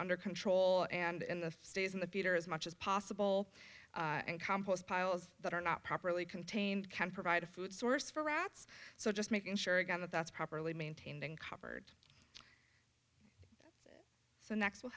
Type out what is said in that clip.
under control and stays in the puter as much as possible and compost piles that are not properly contained can provide a food source for rats so just making sure again that that's properly maintained and covered so next we'll